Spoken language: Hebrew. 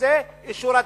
שזה אישור התקציב.